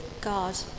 God